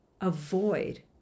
avoid